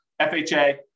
FHA